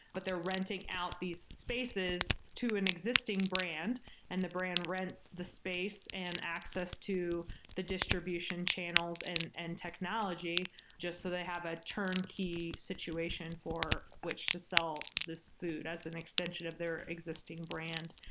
but they're renting out these spaces to an existing brand and the brand rents the space and access to the distribution channels and and technology just so they have a term key situation for which to sell this food as an extension of their existing brand.